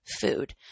food